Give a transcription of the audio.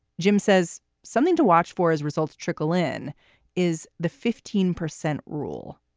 jim says something to watch for as results trickle in is the fifteen percent rule.